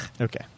Okay